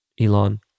elon